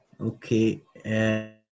Okay